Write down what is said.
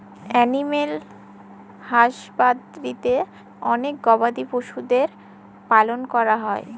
animal হাসবাদরীতে অনেক গবাদি পশুদের পালন করা হয়